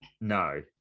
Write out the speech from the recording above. no